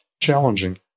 challenging